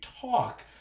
talk